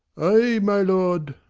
ay, my lord.